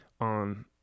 on